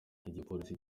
igipolisi